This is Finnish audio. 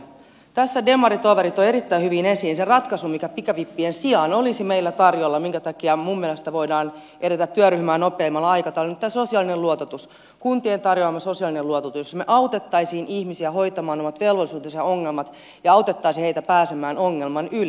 tässä demaritoveri toi erittäin hyvin esiin sen ratkaisun joka pikavippien sijaan olisi meillä tarjolla minkä takia minun mielestäni voidaan edetä työryhmää nopeammalla aikataululla nimittäin kuntien tarjoama sosiaalinen luototus jossa autettaisiin ihmisiä hoitamaan omat velvollisuutensa ja ongelmansa ja autettaisiin heitä pääsemään ongelman yli